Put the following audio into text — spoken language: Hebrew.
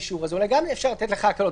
אולי גם לך אפשר לתת הקלות.